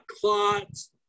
clots